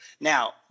Now